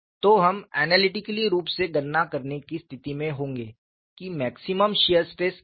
तो हम ऐनालिटिकली रूप से गणना करने की स्थिति में होंगे कि मैक्सिमम शियर स्ट्रेस क्या है